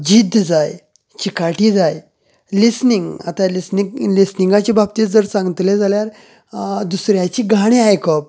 जिद्द जाय चिकाटी जाय लिस्निंग आतां लिस्निंग लिस्निंगाची बाबतींत सांगतले जाल्यार दुसऱ्यांची गाणी आयकप